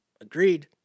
Agreed